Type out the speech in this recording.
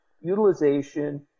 utilization